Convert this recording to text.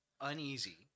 uneasy